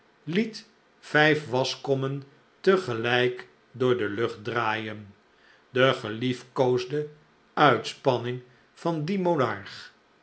liet vijf waschkommen tegelijk door de lucht draaien de geliefkoosde uitspanning van dien monarch